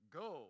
go